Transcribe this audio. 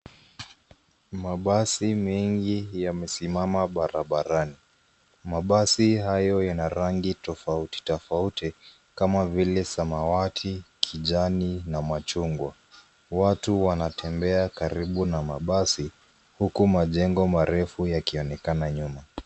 Mabasi mengi yamesimama barabarani, mabasi hayo yana rangi tofauti tofauti kama vile samawati, kijani na machungwa, watu wanatembea karibu na mabasi huku majengo marefu yakionekana nyuma.